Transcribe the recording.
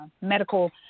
medical